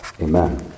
Amen